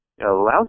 allows